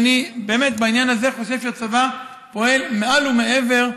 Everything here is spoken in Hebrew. באמת, בעניין הזה אני חושב שהצבא פועל מעל ומעבר.